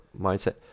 mindset